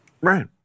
Right